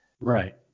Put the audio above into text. Right